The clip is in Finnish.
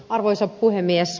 arvoisa puhemies